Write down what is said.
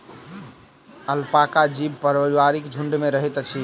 alpaca जीव पारिवारिक झुण्ड में रहैत अछि